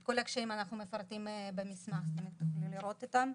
את כל הקשיים אנחנו מפרטים במסמך ותוכלי לראות אותם.